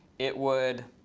it would